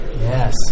Yes